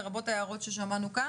לרבות ההערות ששמענו כאן.